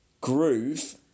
groove